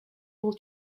will